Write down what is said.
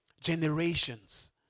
Generations